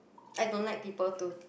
I don't like people to